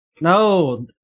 No